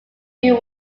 new